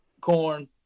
corn